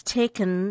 taken